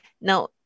Now